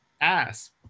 ass